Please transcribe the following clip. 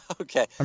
Okay